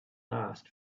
last